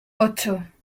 ocho